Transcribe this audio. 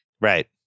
Right